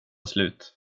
slut